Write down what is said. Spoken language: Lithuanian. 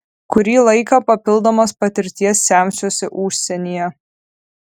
kurį laiką papildomos patirties semsiuosi užsienyje